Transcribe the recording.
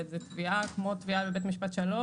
זה תביעה כמו תביעה לבית משפט שלום.